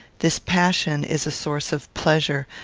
this passion is a source of pleasure,